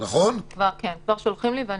כל חולה בודד,